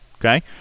Okay